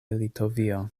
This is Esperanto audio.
litovio